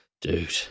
Dude